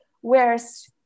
whereas